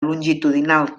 longitudinal